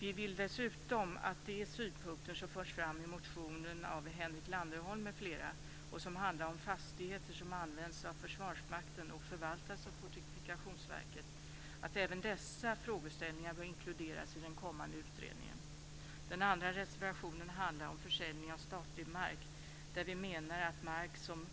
Vi vill dessutom att de synpunkter som förs fram i motionen av Henrik Landerholm m.fl. och som handlar om fastigheter som används av Försvarsmakten och förvaltas av Fortifikationsverket bör inkluderas i den kommande utredningen. Den andra reservationen handlar om försäljning av statlig mark. Vi menar att mark som